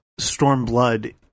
Stormblood